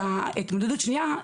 התמודדות שנייה,